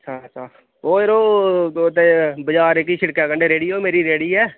अच्छा अच्छा ओ जरो ओह् ते बजार जेह्की शिड़कै कंढै रेह्ड़ी ऐ ओह् मेरी रेह्ड़ी ऐ